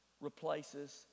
replaces